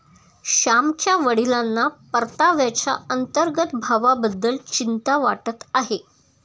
श्यामच्या वडिलांना परताव्याच्या अंतर्गत भावाबद्दल चिंता वाटत आहे